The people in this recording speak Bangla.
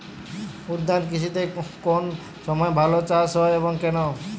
উদ্যান কৃষিতে কোন সময় চাষ ভালো হয় এবং কেনো?